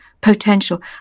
potential